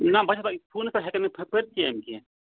نہ بہٕ چھُس دَپان یہِ فونَس پٮ۪ٹھ ہٮ۪کَن نہٕ پٔرِتھ کینٛہہ یِم کینٛہہ